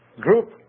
group